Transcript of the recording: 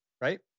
right